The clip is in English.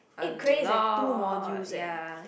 a lot ya